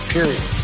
Period